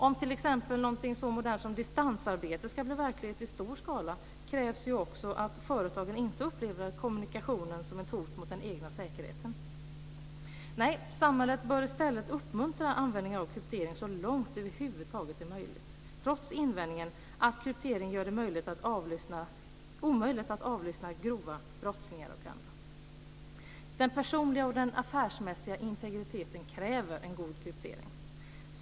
Om t.ex. någonting så modernt som distansarbete ska bli verklighet i stor skala krävs ju också att företagen inte upplever kommunikationen som ett hot mot den egna säkerheten. Nej, samhället bör i stället uppmuntra användning av kryptering så långt det över huvud taget är möjligt, trots invändningen att kryptering gör det omöjligt att avlyssna grova brottslingar och andra. Den personliga och den affärsmässiga integriteten kräver en god kryptering.